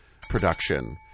production